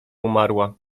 umarła